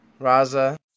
raza